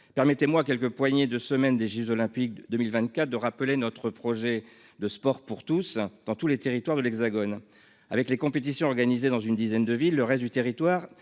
Permettez-moi quelques poignées de semaine des chiffres d'olympiques de 2024, de rappeler notre projet de sport pour tous dans tous les territoires de l'Hexagone avec les compétitions organisées dans une dizaine de villes. Le reste du territoire